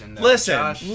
listen